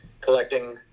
collecting